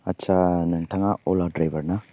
आटसा नोंथाङा अला ड्राइभार ना